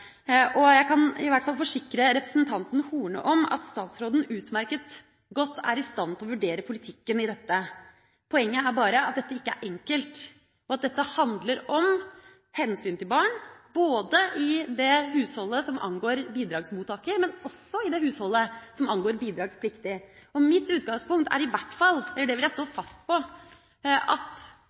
foreldre. Jeg kan i hvert fall forsikre representanten Horne om at statsråden utmerket godt er i stand til å vurdere politikken i dette. Poenget er bare at dette ikke er enkelt, og at det handler om hensyn til barn både i det husholdet som angår bidragsmotttaker, og i det husholdet som angår bidragspliktig. Mitt utgangspunkt er i hvert fall – og det vil jeg stå fast på – at